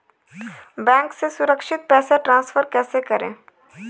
Bank से सुरक्षित पैसे ट्रांसफर कैसे करें?